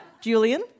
Julian